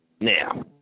now